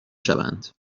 شوند